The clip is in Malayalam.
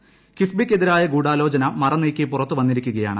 ദൂ കിഫ്ബിക്കെതിരായ ഗൂഢാലോചന മറനീക്കി പുറത്തു പ്പിന്നിരീക്കുകയാണ്